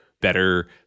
better